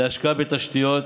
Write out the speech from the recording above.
להשקעה בתשתיות,